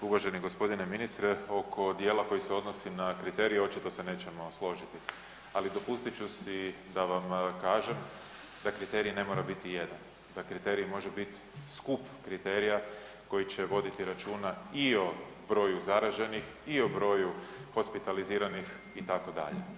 Uvaženi g. ministre, oko djela koji se odnosi na kriterije, očito se nećemo složiti ali dopustit ću si da vam kažem da kriterij ne mora biti jedan, da kriterij može biti skup kriterija koji će voditi računa i o broju zaraženih, i o broju hospitaliziranih itd.